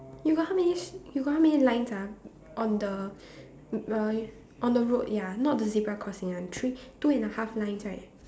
you got how many you got how many lines ah on the uh on the road ya not the zebra crossing one three two and a half lines right